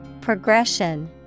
Progression